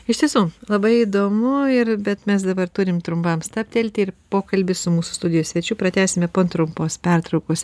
iš tiesų labai įdomu ir bet mes dabar turim trumpam stabtelti ir pokalbį su mūsų studijos svečiu pratęsime po trumpos pertraukos